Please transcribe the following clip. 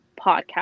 podcast